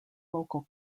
local